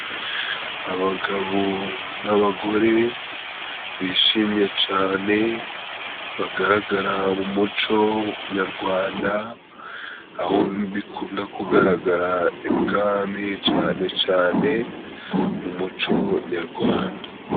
Abagabo n'abagore bishimye cane, bagaragara mu muco nyarwanda, aho bikunda kugaragara i bwami cane cane mu muco nyarwanda.